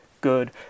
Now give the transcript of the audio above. good